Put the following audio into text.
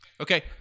Okay